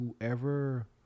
whoever